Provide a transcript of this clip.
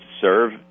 serve